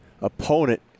opponent